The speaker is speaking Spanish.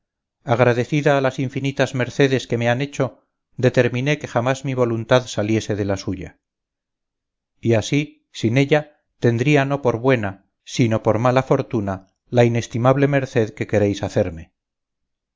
a las infinitas mercedes que me han hecho determiné que jamás mi voluntad saliese de la suya y así sin ella tendría no por buena sino por mala fortuna la inestimable merced que queréis hacerme